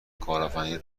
کارآفرینی